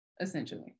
essentially